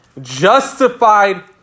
justified